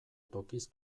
tokiz